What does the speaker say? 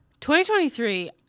2023